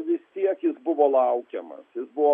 vis tiek jis buvo laukiamas jis buvo